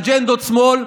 אג'נדות שמאל,